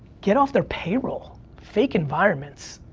get off their payroll, fake environments,